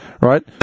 right